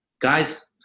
guys